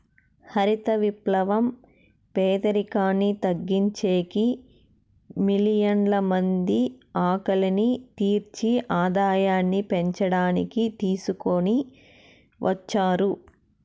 హరిత విప్లవం పేదరికాన్ని తగ్గించేకి, మిలియన్ల మంది ఆకలిని తీర్చి ఆదాయాన్ని పెంచడానికి తీసుకొని వచ్చారు